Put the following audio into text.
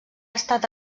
estat